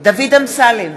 דוד אמסלם,